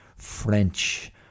French